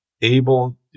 able